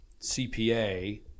CPA